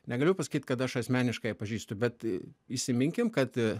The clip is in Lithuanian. negaliu pasakyt kad aš asmeniškai ją pažįstu bet įsiminkim kad